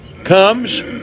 Comes